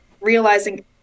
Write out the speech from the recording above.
realizing